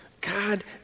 God